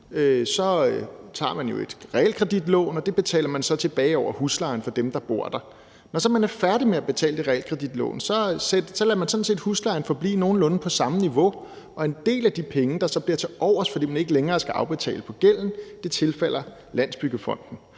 tager man et realkreditlån, og det betaler man så tilbage over huslejen for dem, der bor der. Når man så er færdig med at betale det realkreditlån, lader man sådan set huslejen forblive nogenlunde på samme niveau, og en del af de penge, der så bliver til overs, fordi man ikke længere skal betale af på gælden, tilfalder Landsbyggefonden.